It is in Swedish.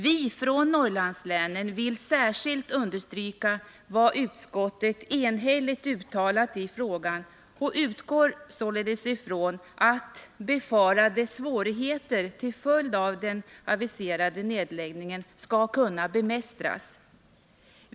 Vi från Norrlandslänen vill särskilt understryka vad utskottet enhälligt uttalat i frågan och utgår således ifrån att befarade svårigheter till följd av den aviserade neddragningen skall kunna bemästras.